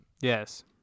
Yes